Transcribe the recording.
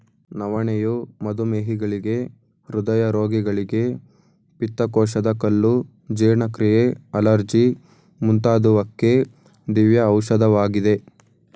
ನವಣೆಯು ಮಧುಮೇಹಿಗಳಿಗೆ, ಹೃದಯ ರೋಗಿಗಳಿಗೆ, ಪಿತ್ತಕೋಶದ ಕಲ್ಲು, ಜೀರ್ಣಕ್ರಿಯೆ, ಅಲರ್ಜಿ ಮುಂತಾದುವಕ್ಕೆ ದಿವ್ಯ ಔಷಧವಾಗಿದೆ